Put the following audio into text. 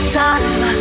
time